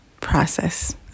process